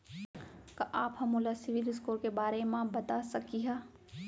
का आप हा मोला सिविल स्कोर के बारे मा बता सकिहा?